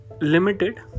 limited